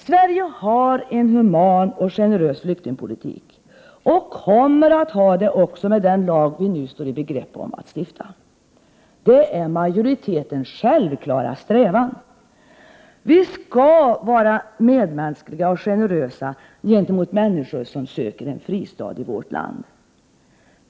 Sverige har en human och generös flyktingpolitik och kommer att ha det också med den lag vi nu står i begrepp om att stifta. Det är majoritetens självklara strävan. Vi skall vara medmänskliga och generösa gentemot människor som söker en fristad i vårt land.